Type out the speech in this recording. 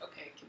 okay